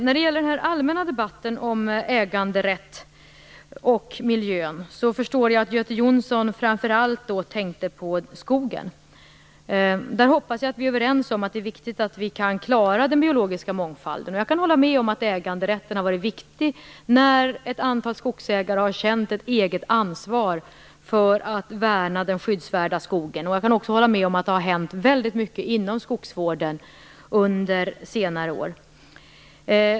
När det gäller den allmänna debatten om äganderätt och miljö förstår jag att Göte Jonsson framför allt tänkte på skogen. Jag hoppas att vi är överens om att det är viktigt att vi kan klara den biologiska mångfalden. Jag kan hålla med om att äganderätten har varit viktig när ett antal skogsägare har känt ett eget ansvar för att värna den skyddsvärda skogen. Jag kan också hålla med om att det har skett väldigt mycket inom skogsvården under senare år.